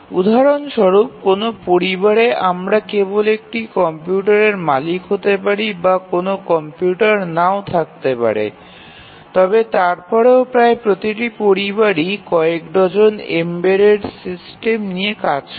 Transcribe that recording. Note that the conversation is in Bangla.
উদাহরণ স্বরূপ কোনও পরিবারে আমাদের একটি কম্পিউটারের থাকতে পারে বা কোনও কম্পিউটারও নাও থাকতে পারে তবে তারপরেও প্রায় প্রতিটি পরিবারই কয়েক ডজন এম্বেড সিস্টেম নিয়ে কাজ করে